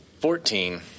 Fourteen